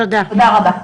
תודה רבה.